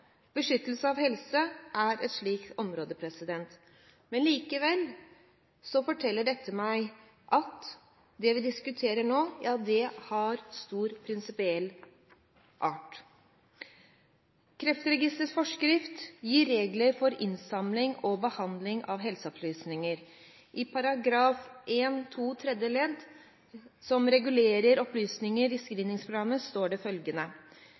Beskyttelse av helse er et slikt område. Men likevel forteller dette meg at det vi diskuterer nå, er av stor prinsipiell art. Kreftregisterets forskrift gir regler for innsamling og behandling av helseopplysninger. I § 1-2 tredje ledd, som regulerer opplysninger i screeningsprogrammet, står det følgende: